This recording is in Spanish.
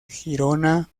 girona